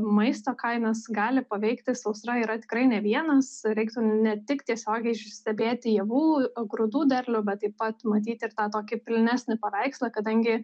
maisto kainos gali paveikti sausra yra tikrai ne vienas reiktų ne tik tiesiogiai stebėti javų grūdų derlių bet taip pat matyti ir tą tokį pilnesnį paveikslą kadangi